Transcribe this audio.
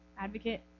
Advocate